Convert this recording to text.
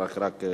אבל את,